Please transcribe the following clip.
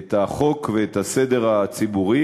את החוק ואת הסדר הציבורי.